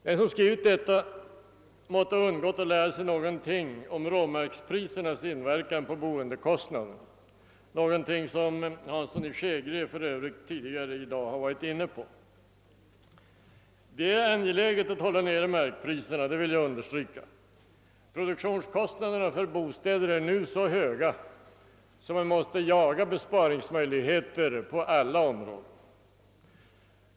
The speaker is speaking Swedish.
Den som skrivit detta måtte ha undgått att lära sig något om råmarksprisernas inverkan på boendekostnaderna, en sak som för övrigt herr Hansson i Skegrie tidigare i dag varit inne på. Jag vill understryka att det är angeläget att hålla markpriserna nere. Produktionskostnaderna är nu så höga att man måste jaga besparingsmöjligheter på alla områden.